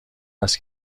است